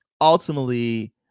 ultimately